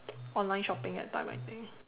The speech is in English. online shopping at time I think